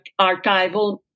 archival